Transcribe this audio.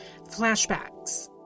flashbacks